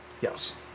Yes